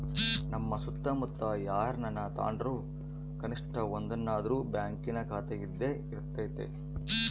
ನಮ್ಮ ಸುತ್ತಮುತ್ತ ಯಾರನನ ತಾಂಡ್ರು ಕನಿಷ್ಟ ಒಂದನಾದ್ರು ಬ್ಯಾಂಕಿನ ಖಾತೆಯಿದ್ದೇ ಇರರ್ತತೆ